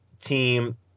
team